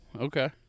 okay